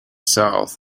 south